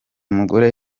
mugore